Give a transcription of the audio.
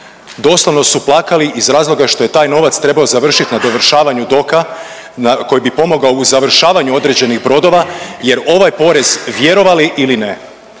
Doslovno su plakali iz razloga što je taj novac trebao završiti na dovršavanju doka koji bi pomogao u završavanju određenih brodova jer ovaj porez vjerovali ili ne,